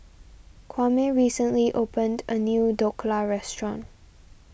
Kwame recently opened a new Dhokla restaurant